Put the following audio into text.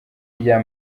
rya